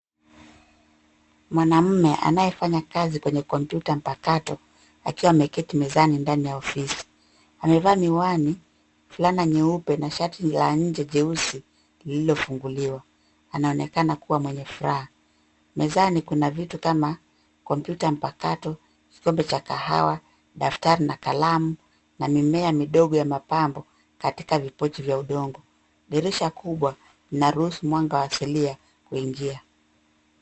Mwanamume anayefanya kazi kwenye kompyuta mpakato, akiwa ameketi mezani ndani ya ofisi. Amevaa miwani, fulana nyeupe na shati la nje jeusi lililofunguliwa. Anaonekana kuwa mwenye furaha. Mezani kuna vitu kama kompyuta mpakato, kikombe cha kahawa, daftari na kalamu, na mimea midogo ya mapambo katika vipochi vya udongo. Dirisha kubwa linaruhusu mwanga asilia kuingia.